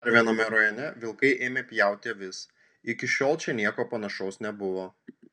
dar viename rajone vilkai ėmė pjauti avis iki šiol čia nieko panašaus nebuvo